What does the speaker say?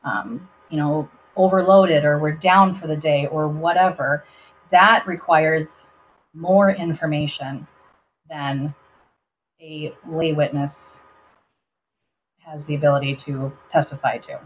were you know overloaded or were down for the day or whatever that requires more information and the lead witness has the ability to testify to